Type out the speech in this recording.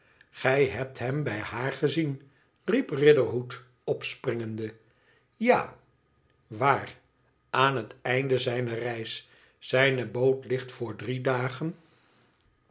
gij hebt hem bij haar gezien riep riderhood opspringende ta waar aan het einde zijner reis zijne boot ligt voor drie dagen